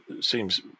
seems